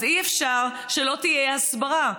אז אי-אפשר שלא תהיה הסברה,